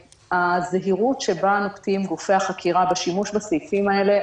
הזהירות שבה נוקטים גופי החקירה בשימוש בסעיפים האלה,